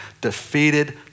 defeated